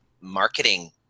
marketing